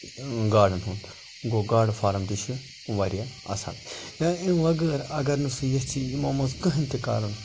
گاڑَن ہُنٛد گوٚو گاڑٕ فارَم تہِ چھ واریاہ اصل یا امہ بَغٲر اگر نہٕ سُہ ییٚژھِ یِمو مَنٛز کٕہٕنۍ تہِ کَرُن